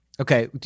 Okay